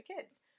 kids